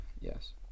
Yes